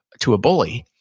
to a bully.